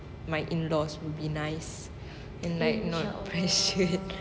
my in-laws would be nice and like not pressured